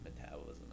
metabolism